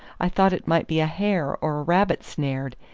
i thought it might be a hare or a rabbit snared,